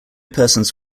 persons